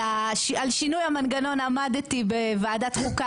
על שינוי המנגנון עמדתי בוועדת חוקה.